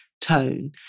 tone